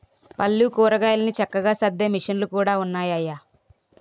పళ్ళు, కూరగాయలన్ని చక్కగా సద్దే మిసన్లు కూడా ఉన్నాయయ్య